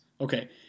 Okay